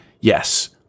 yes